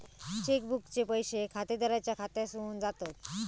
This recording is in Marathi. चेक बुकचे पैशे खातेदाराच्या खात्यासून जातत